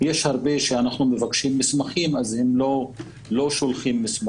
יש הרבה מקרים שכשאנחנו מבקשים מסמכים הם לא שולחים אותם,